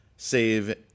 save